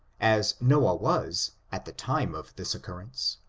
as noah was, at the time of this occurrence,